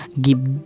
give